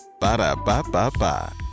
Ba-da-ba-ba-ba